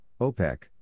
OPEC